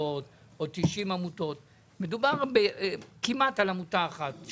עמותות או 90 עמותות אלא מדובר כמעט על עמותה אחת.